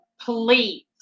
please